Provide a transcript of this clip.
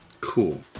Cool